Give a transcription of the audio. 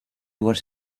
what